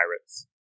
pirates